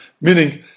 meaning